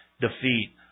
defeat